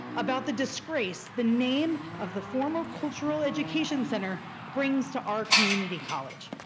about the disgrace the name of the former cultural education center brings to our community college.